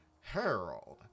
Harold